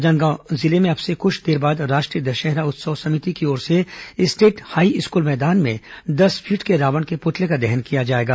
राजनांदगांव जिले में अब से कुछ देर बाद राष्ट्रीय दशहरा उत्सव समिति की ओर से स्टेट हाईस्कूल मैदान में दस फीट के रावण के पुतले का दहन किया जाएगा